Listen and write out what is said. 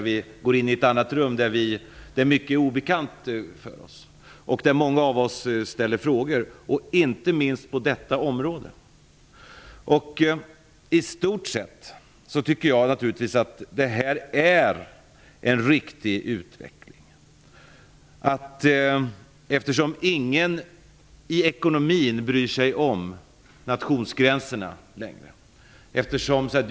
Vi går in i ett annat rum där mycket är obekant för oss. Många av oss ställer frågor, inte minst på detta område. I stort sett tycker jag naturligtvis att detta är en riktig utveckling. Ingen bryr sig längre om nationsgränserna när det gäller ekonomin.